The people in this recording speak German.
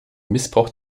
missbrauch